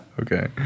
Okay